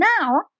now